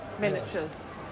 miniatures